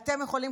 אתם יכולים,